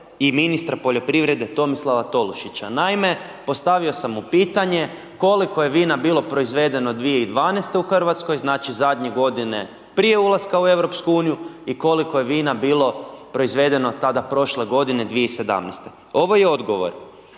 i ministra poljoprivrede Tomislava Tolušića, naime, postavio sam mu pitanje, koliko je vina bilo proizvedeno 2012. u Hrvatskoj, znači zadnje godine prije ulaska u EU i koliko je vina bilo proizvedeno tada, prošle godine 2017. Ovo je odgovor,